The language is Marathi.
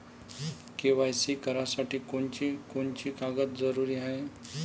के.वाय.सी करासाठी कोनची कोनची कागद जरुरी हाय?